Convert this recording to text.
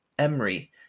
Emery